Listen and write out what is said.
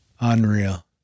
Unreal